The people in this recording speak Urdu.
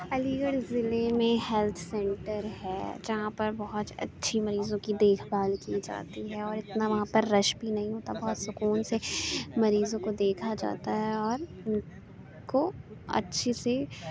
علی گڑھ ضلع میں ہیلتھ سینٹر ہے جہاں پر بہت اچھی مریضوں کی دیکھ بھال کی جاتی ہے اور اتنا وہاں پر رش بھی نہیں ہوتا بہت سکون سے مریضوں کو دیکھا جاتا ہے اور ان کو اچھے سے